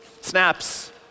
Snaps